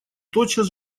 тотчас